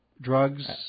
Drugs